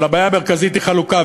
אבל הבעיה המרכזית היא חלוקה,